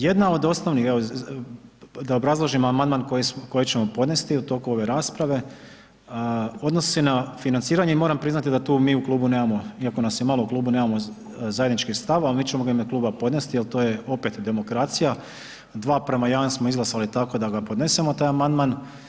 Jedna od osnovnih, evo, da obrazložimo amandman koji ćemo podnesti u toku ove rasprave, odnosi na financiranje i moram priznati da to mi u klubu nemamo, iako nas je malo u klubu nemamo zajednički stav, ali mi ćemo ga u ime kluba podnesti jel to je opet demokracija, 2:1 smo izglasali, tako da ga podnesemo taj amandman.